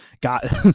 got